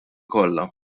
kollha